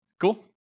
Cool